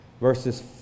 verses